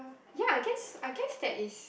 ya I guess I guess that is